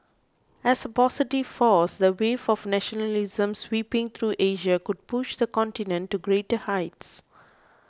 as a positive force the wave of nationalism sweeping through Asia could push the continent to greater heights